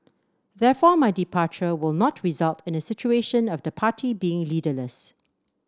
therefore my departure will not result in a situation of the party being leaderless